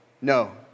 No